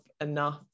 enough